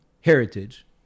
heritage